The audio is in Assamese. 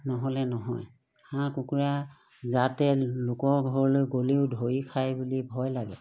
নহ'লে নহয় হাঁহ কুকুৰা যাতে লোকৰ ঘৰলৈ গ'লেও ধৰি খাই বুলি ভয় লাগে